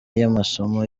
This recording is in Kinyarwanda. y’amasomo